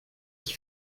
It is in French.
qui